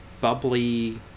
bubbly